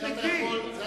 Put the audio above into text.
לא, לא.